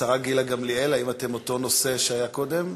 השרה גילה גמליאל, האם אתם באותו נושא שהיה קודם?